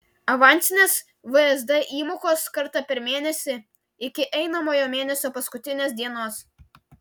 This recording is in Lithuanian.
avansinės vsd įmokos kartą per mėnesį iki einamojo mėnesio paskutinės dienos